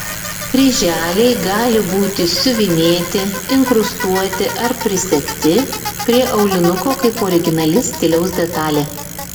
kryželiai gali būti siuvinėti inkrustuoti ar prisegti prie aulinuko kaip originali stiliaus detalė